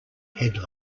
head